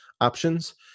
options